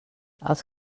els